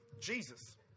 Jesus